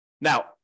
Now